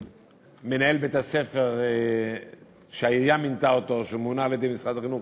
מנהל בית-הספר שהעירייה מינתה או שמונה על-ידי משרד החינוך,